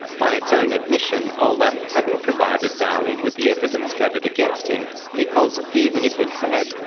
by its own admission, olaf hadn't provided dalli with the evidence gathered against him because, even if it had,